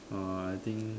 uh I think